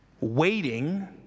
waiting